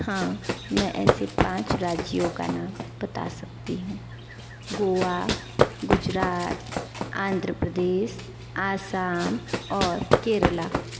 हाँ मैं ऐसे पाँच राज्यों का नाम बता सकती हूँ गोवा गुजरात आंध्र प्रदेश आसाम और केरला